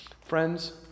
Friends